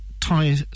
tie